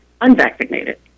unvaccinated